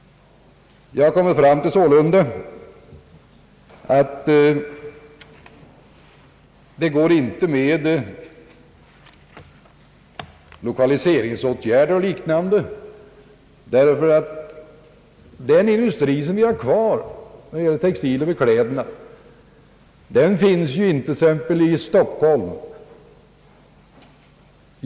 Jag kommer sålunda fram till att det inte går med lokaliseringsoch liknande åtgärder. Den industri som vi har kvar inom textil och beklädnad finns exempelvis inte i Stockholm.